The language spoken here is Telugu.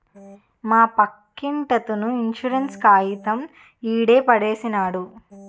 మా పక్కింటతను ఇన్సూరెన్స్ కాయితం యాడో పడేసినాడు